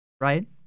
right